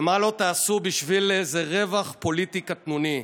ומה לא תעשו בשביל איזה רווח פוליטי קטנוני.